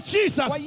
Jesus